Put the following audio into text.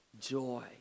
joy